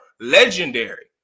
legendary